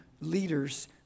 leaders